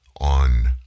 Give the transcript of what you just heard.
on